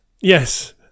Yes